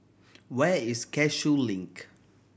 where is Cashew Link